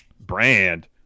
brand